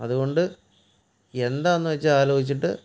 അതുകൊണ്ട് എന്താണെന്ന് വെച്ചാൽ ആലോചിച്ചിട്ട്